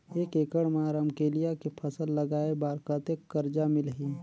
एक एकड़ मा रमकेलिया के फसल लगाय बार कतेक कर्जा मिलही?